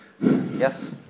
Yes